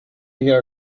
hear